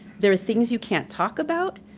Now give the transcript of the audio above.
there are things you can't talk about,